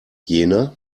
jena